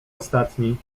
ostatni